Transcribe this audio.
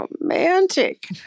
romantic